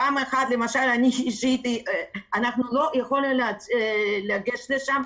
אנחנו לא יכולים לגשת לשם,